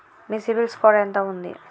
మీ CIBIL score ఎంత ఉంది?